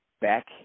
Back